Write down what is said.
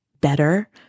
better